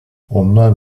onlar